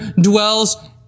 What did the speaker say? dwells